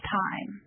time